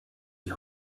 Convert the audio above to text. die